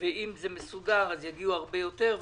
ואם זה יהיה מסודר יגיעו הרבה יותר.